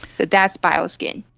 so that's bio-skin.